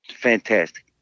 Fantastic